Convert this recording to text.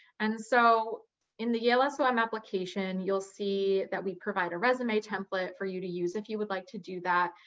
and so in the yale som so um application, you'll see that we provide a resume template for you to use if you would like to do that.